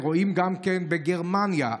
גם בגרמניה,